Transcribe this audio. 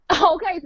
Okay